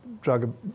drug